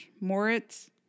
Moritz